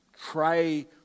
try